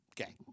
okay